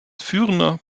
führender